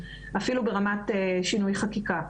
אפילו ברמת שינוי חקיקה.